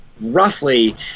roughly